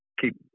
keep